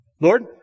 Lord